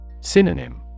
Synonym